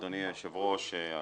אדוני היושב ראש,